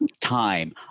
time